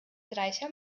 reicher